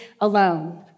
alone